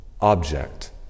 object